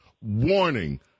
Warning